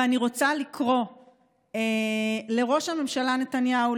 ואני רוצה לקרוא לראש הממשלה נתניהו,